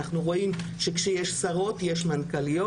אנחנו רואים כשיש שרות יש מנכ"ליות.